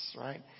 right